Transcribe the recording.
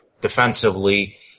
defensively